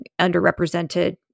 underrepresented